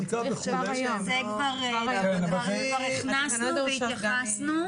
את זה כבר הכנסנו והתייחסנו.